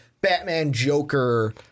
Batman-Joker